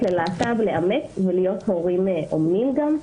ללהט"ב לאמץ ולהיות הורים אומנים גם.